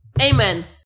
Amen